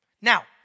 Now